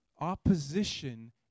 Opposition